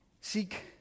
seek